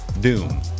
Doom